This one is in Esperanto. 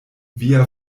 via